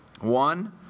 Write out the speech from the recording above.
one